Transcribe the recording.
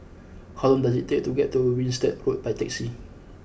how long does it take to get to Winstedt Road by taxi